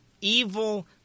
evil